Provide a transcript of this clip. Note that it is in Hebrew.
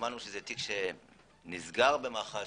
שמענו שזה תיק שנסגר במח"ש